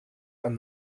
and